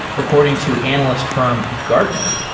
according to analyst fi rm, gartner,